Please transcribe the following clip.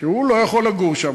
שהוא לא יכול לגור שם,